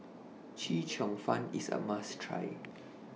Chee Cheong Fun IS A must Try